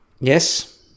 Yes